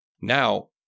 Now